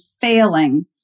failing